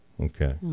Okay